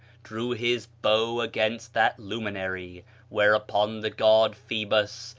drew his bow against that luminary whereupon the god phoebus,